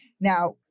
Now